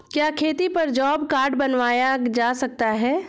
क्या खेती पर जॉब कार्ड बनवाया जा सकता है?